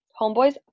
Homeboys